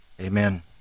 Amen